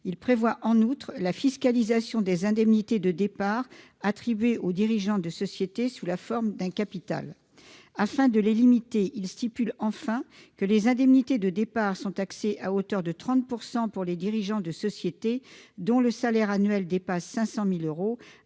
Il vise, en outre, la fiscalisation des indemnités de départ attribuées aux dirigeants de sociétés sous la forme d'un capital. Il a enfin pour objet de préciser, afin de les limiter, que les indemnités de départ sont taxées à hauteur de 30 % pour les dirigeants de sociétés dont le salaire annuel dépasse 500 000 euros